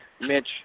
Mitch